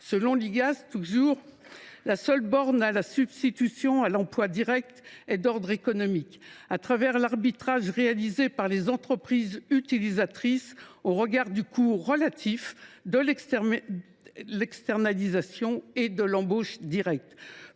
Selon l’Igas encore, « la seule borne à la substitution à l’emploi direct est d’ordre économique, à travers l’arbitrage réalisé par les entreprises utilisatrices au regard du coût relatif de l’externalisation et de l’embauche directe